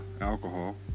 alcohol